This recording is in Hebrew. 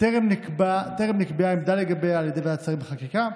בטרם נקבעה עמדה לגביה על ידי ועדת שרים לחקיקה,